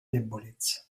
debolezza